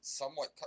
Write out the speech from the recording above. somewhat –